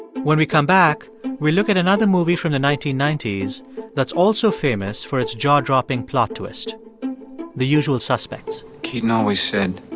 when we come back, we'll look at another movie from the nineteen ninety s that's also famous for its jaw-dropping plot twist the usual suspects. keaton always said,